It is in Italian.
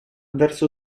verso